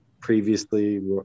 previously